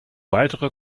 weitere